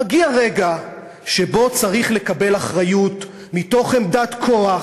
מגיע הרגע שבו צריך לקבל אחריות מתוך עמדת כוח,